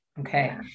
Okay